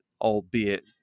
albeit